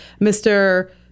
mr